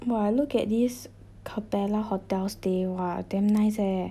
!wah! look at this capella hotel stay !wah! damn nice eh